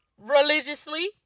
religiously